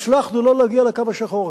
הצלחנו לא להגיע לקו השחור.